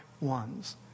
ones